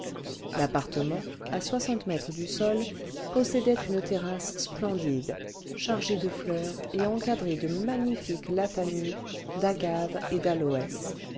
l'appartement à soixante mètres du sol possédait une terrasse splendide chargée de fleurs et encadrée de magnifiques lataniers d'agaves et d'aloès